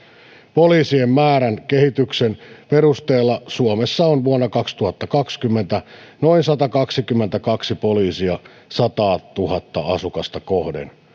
poliisien määrän kehityksen perusteella suomessa on vuonna kaksituhattakaksikymmentä noin satakaksikymmentäkaksi poliisia sataatuhatta asukasta kohden